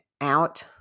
out